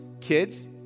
kids